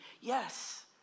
Yes